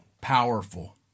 powerful